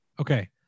Okay